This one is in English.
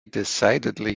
decidedly